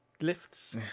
lifts